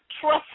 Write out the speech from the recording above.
trust